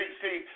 see